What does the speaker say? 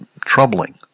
troubling